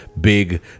big